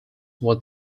was